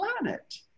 planet